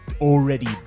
already